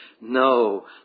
No